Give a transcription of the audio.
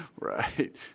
right